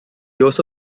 also